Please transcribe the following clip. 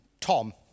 Tom